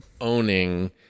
owning